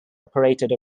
operated